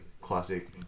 classic